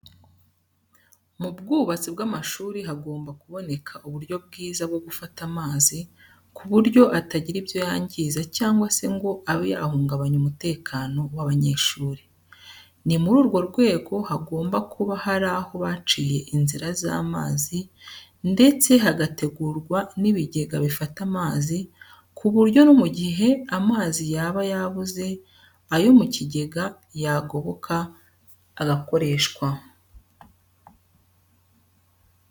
Mu bwubatsi bw'amashuri hagomba kuboneka uburyo bwiza bwo gufata amazi ku buryo atagira ibyo yangiza cyangwa se ngo abe yahungabanya umutekano w'abanyeshuri. Ni muri urwo rwego hagomba kuba hari aho baciye inzira z'amazi ndetse hagategurwa n'ibigega bifata amazi ku buryo no mu gihe amazi yaba yabuze ayo mu kigega yagoboka agakoreshwa.